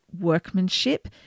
workmanship